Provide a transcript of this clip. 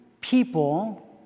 people